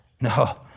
No